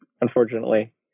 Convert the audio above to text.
unfortunately